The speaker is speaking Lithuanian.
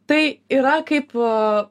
tai yra kaip